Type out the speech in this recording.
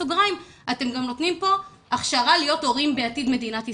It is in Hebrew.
בסוגריים: אתם גם נותנים פה הכשרה להיות הורים בעתיד מדינת ישראל.